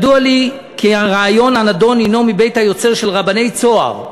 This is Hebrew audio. "ידוע לי כי הרעיון הנדון הנו מבית היוצר של רבני 'צהר',